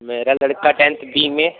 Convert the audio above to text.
मेरा लड़का tenth B में